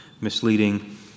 misleading